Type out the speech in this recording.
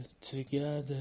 together